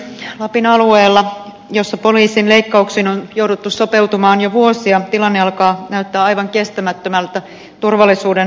lapin alueella jossa poliisin leikkauksiin on jouduttu sopeutumaan jo vuosia tilanne alkaa näyttää aivan kestämättömältä turvallisuuden kannalta